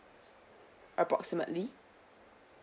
approximately